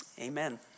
Amen